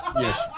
Yes